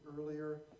earlier